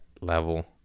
level